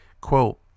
Quote